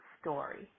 story